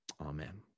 Amen